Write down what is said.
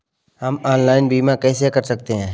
हम ऑनलाइन बीमा कैसे कर सकते हैं?